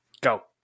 Go